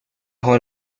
har